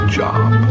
job